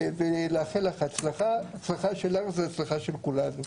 ולאחל לך הצלחה, ההצלחה שלך היא ההצלחה של כולנו.